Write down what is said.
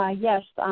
ah yes,